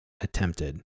attempted